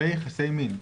ויחסי מין.